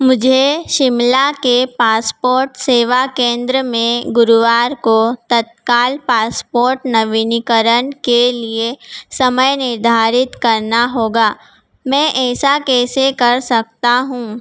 मुझे शिमला के पासपोर्ट सेवा केंद्र में गुरुवार को तत्काल पासपोर्ट नवीनीकरन के लिए समय निर्धारित करना होगा मैं ऐसा कैसे कर सकता हूँ